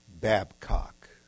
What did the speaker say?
Babcock